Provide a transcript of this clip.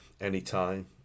anytime